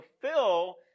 fulfill